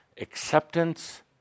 acceptance